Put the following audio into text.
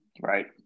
Right